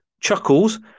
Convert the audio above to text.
Chuckles